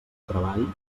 treball